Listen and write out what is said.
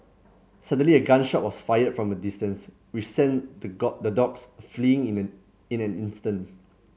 suddenly a gun shot was fired from a distance which sent the the dogs fleeing in an in an instants